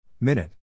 Minute